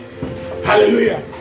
hallelujah